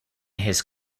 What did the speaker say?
his